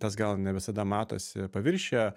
tas gal ne visada matosi paviršiuje